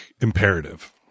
imperative